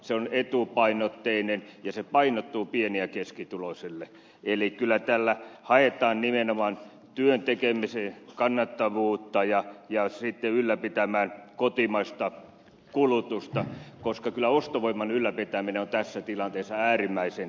se on etupainotteinen ja painottuu pieni ja keskituloisille eli kyllä tällä haetaan nimenomaan työn tekemisen kannattavuutta ja sitten kotimaisen kulutuksen ylläpitämistä koska kyllä ostovoiman ylläpitäminen on tässä tilanteessa äärimmäisen tärkeää